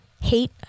hate